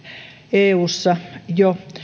eussa jo